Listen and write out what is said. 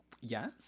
Yes